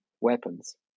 weapons